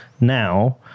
Now